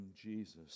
Jesus